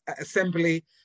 assembly